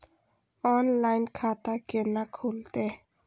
Online खाता केना खुलते?